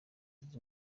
zunze